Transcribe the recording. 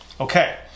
Okay